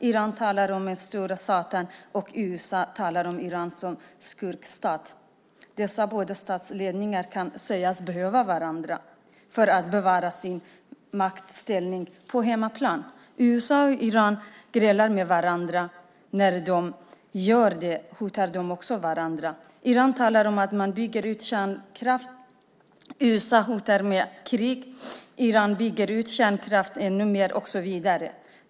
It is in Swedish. Iran talar om den stora satan, och USA talar om Iran som en skurkstat. Dessa båda statsledningar kan sägas behöva varandra för att bevara sin maktställning på hemmaplan. USA och Iran grälar med varandra, och när de gör det hotar de också varandra. Iran talar om att man bygger ut kärnkraft. USA hotar med krig. Iran bygger ut kärnkraft ännu mer och så vidare.